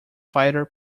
fighter